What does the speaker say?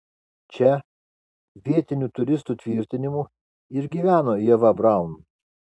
čia vietinių turistų tvirtinimu ir gyveno ieva braun